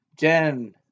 Jen